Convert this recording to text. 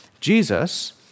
Jesus